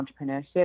entrepreneurship